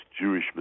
Jewish